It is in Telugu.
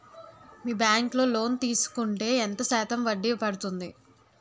మీ బ్యాంక్ లో లోన్ తీసుకుంటే ఎంత శాతం వడ్డీ పడ్తుంది?